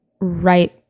right